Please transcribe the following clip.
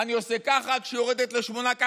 אני עושה ככה, כשהיא יורדת ל-8% ככה.